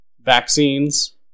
vaccines